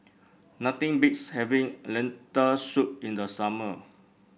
nothing beats having Lentil Soup in the summer